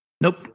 Nope